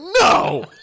no